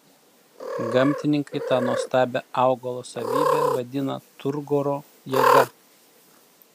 gamtininkai tą nuostabią augalo savybę vadina turgoro jėga